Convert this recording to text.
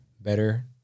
better